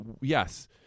yes